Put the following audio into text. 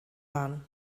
waren